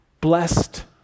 blessed